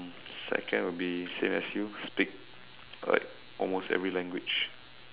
second will be same as you speak like almost every language